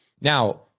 Now